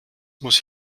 muss